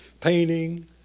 Painting